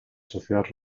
sociedad